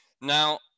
Now